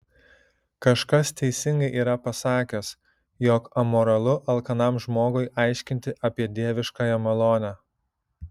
kažkas teisingai yra pasakęs jog amoralu alkanam žmogui aiškinti apie dieviškąją malonę